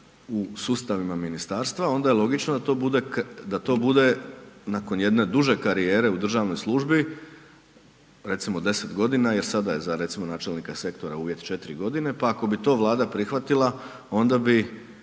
u sustavima ministarstva, onda je logično da to bude nakon jedne duže karijere u državnoj službi, recimo 10 g. jer sada je za recimo načelnika sektora uvjet 4 g. pa ako bi to Vlada prihvatila, onda bi